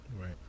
right